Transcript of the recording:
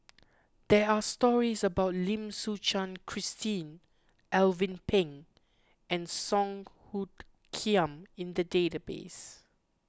there are stories about Lim Suchen Christine Alvin Pang and Song Hoot Kiam in the database